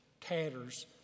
tatters